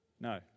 no